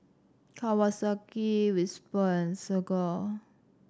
Kawasaki Whisper and Desigual